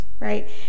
right